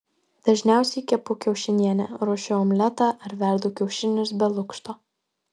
dažniausiai kepu kiaušinienę ruošiu omletą ar verdu kiaušinius be lukšto